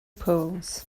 poles